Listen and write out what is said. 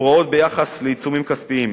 הוראות ביחס לעיצומים כספיים,